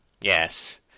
Yes